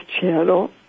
channel